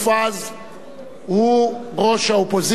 הוא ראש האופוזיציה על-פי החוק.